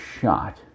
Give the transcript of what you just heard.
shot